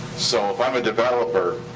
so if i'm a developer,